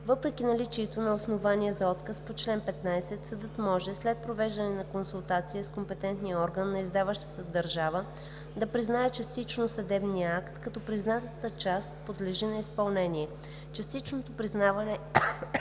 Въпреки наличието на основание за отказ по чл. 15, съдът може след провеждане на консултация с компетентния орган на издаващата държава да признае частично съдебния акт, като признатата част подлежи на изпълнение. Частичното признаване